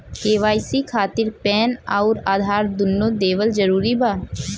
KYC खातिर PAN आउर आधार दुनों देवल जरूरी बा?